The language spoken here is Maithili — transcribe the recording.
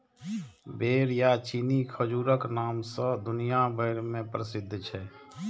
बेर या चीनी खजूरक नाम सं दुनिया भरि मे प्रसिद्ध छै